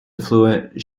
affluent